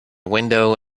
window